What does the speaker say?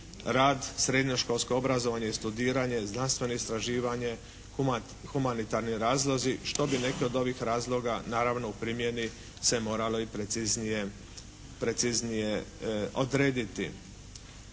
rad, srednjoškolsko obrazovanje i studiranje, znanstveno istraživanje, humanitarni razlozi, što bi neki od ovih razloga naravno u primjeni se moralo i preciznije odrediti.